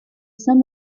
saint